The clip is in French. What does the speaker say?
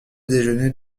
déjeuner